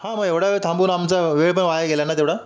हां मग एवढा वेळ थांबून आमचा वेळ पण वाया गेला ना तेवढा